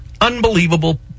Unbelievable